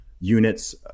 units